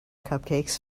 cupcakes